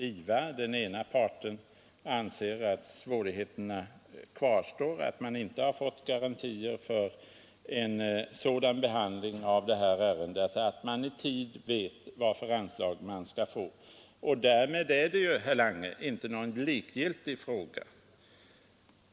IVA, den ena parten, anser att svårigheterna kvarstår och att man inte har fått garantier för en sådan behandling av detta ärende att man i tid vet vilka anslag man skall få. Därmed är det, herr Lange, inte någon likgiltig fråga.